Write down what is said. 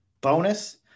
bonus